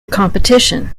competition